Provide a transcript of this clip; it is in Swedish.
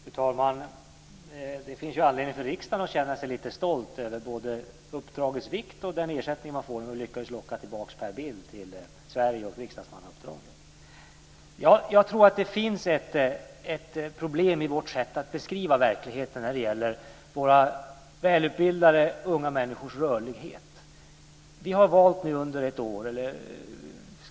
Fru talman! Det finns anledning för riksdagen att känna sig lite stolt över både uppdragets vikt och den ersättning man får om man lyckades locka tillbaka Jag tror att det finns ett problem i vårt sätt att beskriva verkligheten när det gäller våra välutbildade unga människors rörlighet.